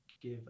give